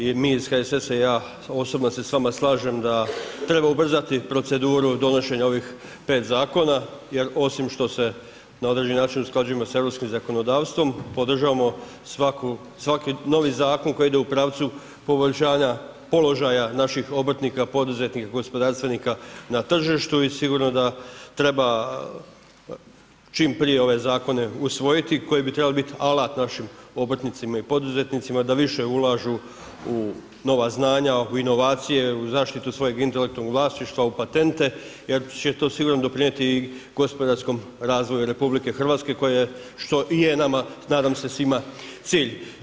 I mi iz HSS-a i ja osobno se s vama slažem da treba ubrzati proceduru donošenja ovih pet zakona jer osim što se na određeni način usklađujemo sa europskim zakonodavstvom, podržavamo svaki novi zakon koji ide u pravcu poboljšanja položaja naših obrtnika, poduzetnika, gospodarstvenika na tržištu i sigurno da treba čim prije ove zakone usvojiti koji bi trebali biti alat našim obrtnicima i poduzetnicima da više ulažu u nova znanja, inovacije u zaštitu svojeg intelektualnog vlasništva u patente jer će to sigurno doprinijeti gospodarskom razvoju RH koje i što je nama nadam se svima cilj.